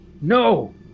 No